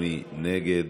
מי נגד?